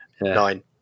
Nine